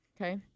Okay